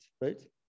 right